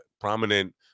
prominent